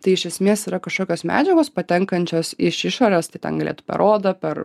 tai iš esmės yra kažkokios medžiagos patenkančios iš išorės tai ten ir ėtų per odą per